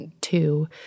two